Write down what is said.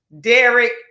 Derek